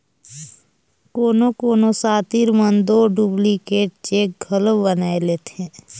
कोनो कोनो सातिर मन दो डुप्लीकेट चेक घलो बनाए लेथें